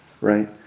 right